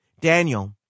Daniel